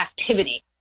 activity